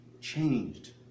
changed